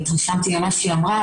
התרשמתי ממה שהיא אמרה,